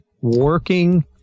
working